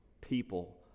people